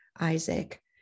Isaac